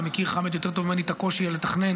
חמד, אתה מכיר יותר טוב ממני את הקושי לתכנן